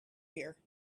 here